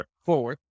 forward